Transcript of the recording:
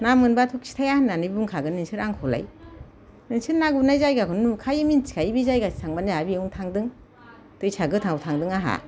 ना मोनबाथ' खिथाया होननानै बुंखागोन नोंसोर आंखौलाय नोंसोर ना गुरनाय जायगाखौनो नुखायो मिन्थिखायो बे जायगाथिं थांबानो आंहा बेयावनो थांदों दैसा गोथांआव थांदों आंहा